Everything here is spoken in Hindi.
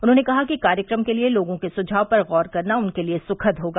उन्होंने कहा कि कार्यक्रम के लिए लोगों के सुझाव पर गौर करना उनके लिए सुखद होगा